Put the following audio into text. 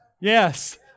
Yes